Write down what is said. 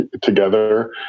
together